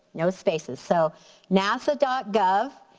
no spaces, so nasa ah gov,